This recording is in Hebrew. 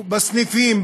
בסניפים,